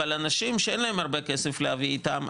אנשים שאין להם הרבה כסף להביא איתם,